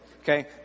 Okay